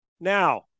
Now